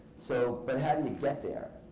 so but how did we get there?